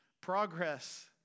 Progress